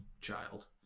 child